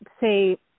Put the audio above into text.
say